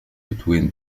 between